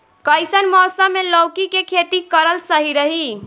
कइसन मौसम मे लौकी के खेती करल सही रही?